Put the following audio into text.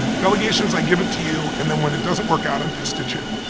delegation is i give it to you and then when it doesn't work out, i'm pissed at you.